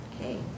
Okay